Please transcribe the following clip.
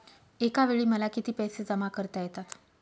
एकावेळी मला किती पैसे जमा करता येतात?